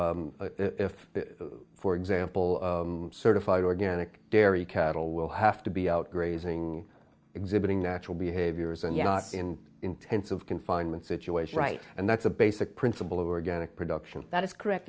so if for example certified organic dairy cattle will have to be out grazing exhibiting natural behaviors and yards in intensive confinement situation right and that's a basic principle of organic production that is correct